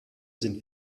sind